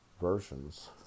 versions